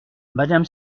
madame